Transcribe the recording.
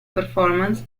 performance